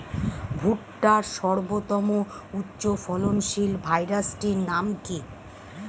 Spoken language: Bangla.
ভুট্টার সর্বোত্তম উচ্চফলনশীল ভ্যারাইটির নাম কি?